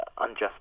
unjust